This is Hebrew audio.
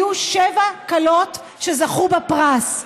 היו שבע כלות שזכו בפרס,